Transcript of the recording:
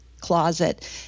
closet